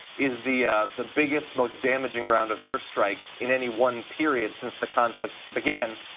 is the the biggest, most damaging round of airstrikes in any one period since the conflict began.